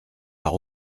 par